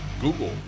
Google